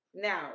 Now